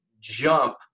jump